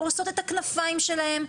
פורשות את הכנפיים שלהם,